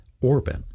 orbit